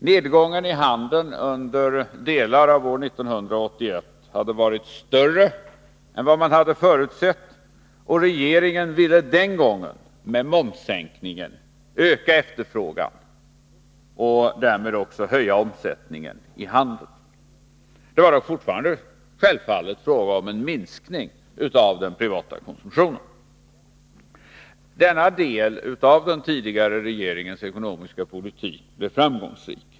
Nedgången i handeln under delar av år 1981 hade varit större än vad man hade förutsatt, och regeringen ville med momssänkningen öka efterfrågan och därmed också höja omsättningen i handeln. Det var då fortfarande självfallet fråga om en minskning av den privata konsumtionen. Denna del av den tidigare regeringens ekonomiska politik blev framgångsrik.